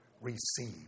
receive